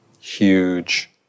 huge